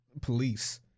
police